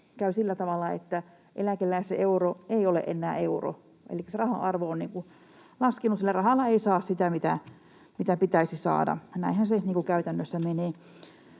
on sillä tavalla, että eläkeläisen euro ei ole enää euro, elikkä se rahan arvo on laskenut. Sillä rahalla ei saa sitä, mitä pitäisi saada. Näinhän se niin kuin käytännössä menee.